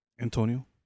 Antonio